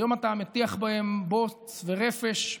היום אתה מטיח בהם בוץ ורפש,